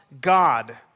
God